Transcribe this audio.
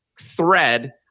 thread